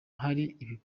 hari